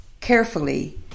Carefully